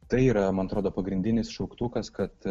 tai yra man atrodo pagrindinis šauktukas kad